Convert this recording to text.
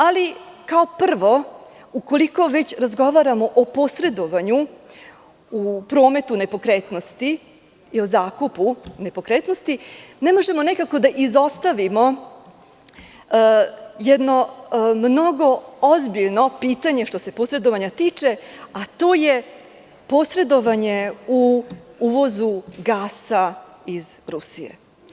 Ali, kao prvo, ukoliko već razgovaramo o posredovanju u prometu nepokretnosti i o zakupu nepokretnosti, ne možemo da izostavimo jedno mnogo ozbiljno pitanje, što se posredovanja tiče, a to je posredovanje u uvozu gasa iz Rusije.